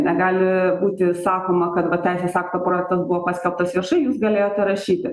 negali būti sakoma kad o teisės akto projektas buvo paskelbtas viešai jūs galėjote rašyti